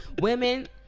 women